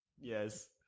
Yes